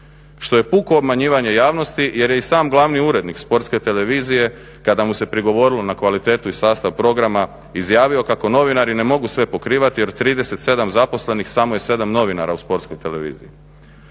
što je puko obmanjivanje javnosti jer je i sam glavni urednik Sportske televizije kada mu se prigovorilo na kvalitetu i sastav programa izjavio kako novinari ne mogu sve pokrivati jer od 37 zaposlenih samo je 7 novinara u Sportskoj televiziji.